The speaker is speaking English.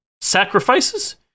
sacrifices